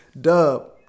Dub